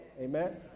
Amen